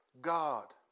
God